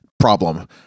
problem